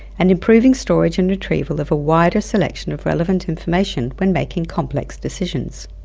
and improving storage and retrieval of a wider selection of relevant information when making complex decisions.